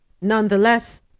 Nonetheless